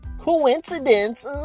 Coincidence